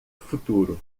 futuro